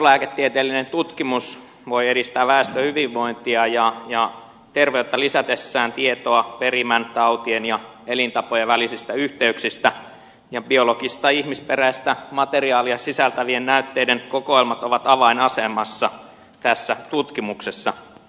biolääketieteellinen tutkimus voi edistää väestön hyvinvointia ja terveyttä lisätessään tietoa perimän tautien ja elintapojen välisistä yhteyksistä ja biologista ihmisperäistä materiaalia sisältävien näytteiden kokoelmat ovat avainasemassa tässä tutkimuksessa